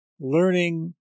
learning